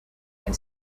and